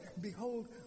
Behold